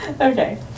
Okay